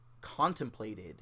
contemplated